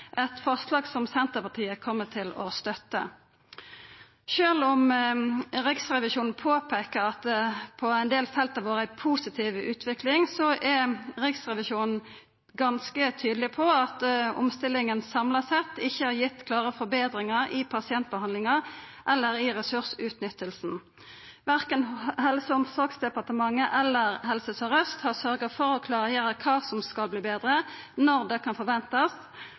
eit forslag som Senterpartiet kjem til å støtta. Sjølv om Riksrevisjonen peiker på at det på ein del felt har vore ei positiv utvikling, er Riksrevisjonen ganske tydeleg på at omstillinga samla sett ikkje har gitt klare forbetringar i pasientbehandlinga eller i ressursutnyttinga. Verken Helse- og omsorgsdepartementet eller Helse Sør-Øst har sørgt for å klargjera kva som skal bli betre og når det kan forventast,